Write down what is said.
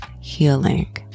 healing